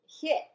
hit